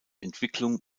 entwicklung